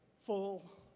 full